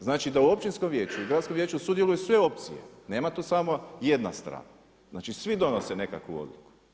Znači da u općinskom vijeću i gradskom vijeću sudjeluju sve opcije, nema tu samo jedna strana, znači svi donose nekakvu odluku.